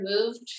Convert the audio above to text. removed